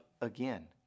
again